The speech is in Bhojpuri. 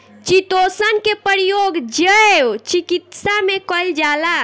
चितोसन के प्रयोग जैव चिकित्सा में कईल जाला